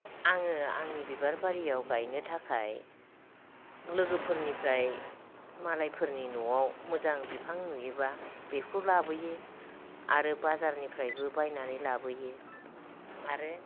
आङो आंनि बिबार बारिआव गायनो थाखाय लोगोफोरनिफ्राय मालायफोरनि न'आव मोजां बिफां नुयोब्ला बेखौ लाबोयो आरो बाजारनिफ्रायबो बायनानै लाबोयो आरो